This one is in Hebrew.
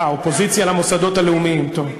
אה, אופוזיציה למוסדות הלאומיים, טוב.